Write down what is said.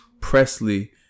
Presley